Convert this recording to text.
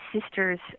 sister's